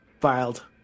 Filed